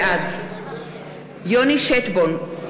בעד יוני שטבון,